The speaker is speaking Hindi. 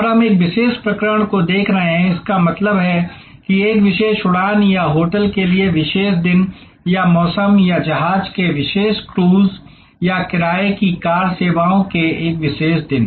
और हम एक विशेष प्रकरण को देख रहे हैं इसका मतलब है कि एक विशेष उड़ान या होटल के लिए विशेष दिन या मौसम या जहाज के एक विशेष क्रूज या किराये की कार सेवाओं के एक विशेष दिन